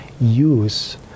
use